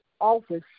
office